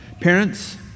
Parents